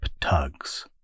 tugs